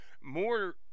more